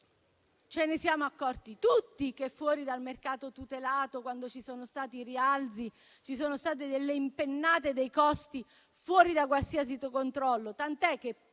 Ce ne siamo accorti tutti che fuori dal mercato tutelato, quando ci sono stati i rialzi, ci sono state delle impennate dei costi fuori da qualsiasi controllo,